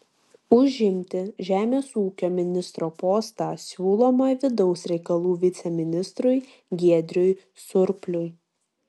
užimti žemės ūkio ministro postą siūloma vidaus reikalų viceministrui giedriui surpliui